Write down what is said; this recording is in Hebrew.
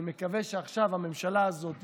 אני מקווה שהממשלה הזאת